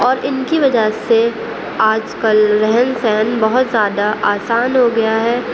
اور ان کی وجہ سے آج کل رہن سہن بہت زیادہ آسان ہو گیا ہے